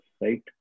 right